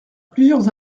plusieurs